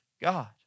God